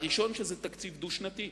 הראשון, זה תקציב דו-שנתי,